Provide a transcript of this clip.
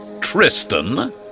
Tristan